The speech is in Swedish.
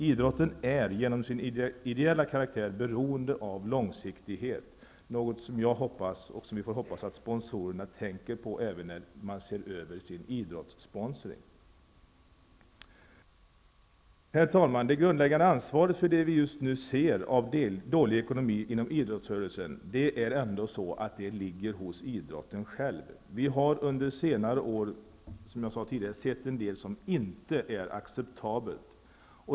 Idrotten är genom sin ideella karaktär beroende av långsiktighet, något som jag hoppas att sponsorerna tänker på även när de ser över sin idrottssponsring. Herr talman! Det grundläggande ansvaret för det vi just nu ser av dålig ekonomi inom idrottsrörelsen ligger dock hos idrotten själv. Vi har under senare år, som jag sade tidigare, sett en del som inte är acceptabelt.